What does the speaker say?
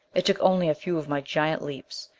it took only a few of my giant leaps.